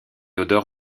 odeur